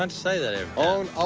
and say that every